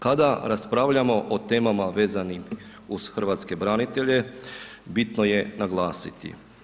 Kada raspravljamo o temama vezanim uz hrvatske branitelje bitno je naglasiti.